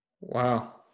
Wow